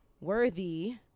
worthy